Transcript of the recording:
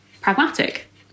pragmatic